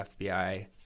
FBI